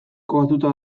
kokatuta